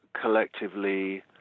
collectively